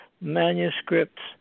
manuscripts